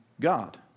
God